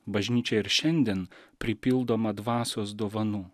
bažnyčia ir šiandien pripildoma dvasios dovanų